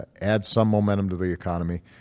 and add some momentum to the economy,